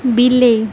ବିଲେଇ